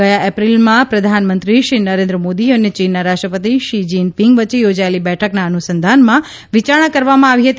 ગયા એપ્રિલમાં પ્રધાનમંત્રીશ્રી નરેન્દ્ર મોદી અને ચીનના રાષ્ટ્રપતિ શી જીનપિંગ વચ્ચે યોજાયેલી બેઠકના અનુસંધાનમાં વિચારણા કરવામાં આવી હતી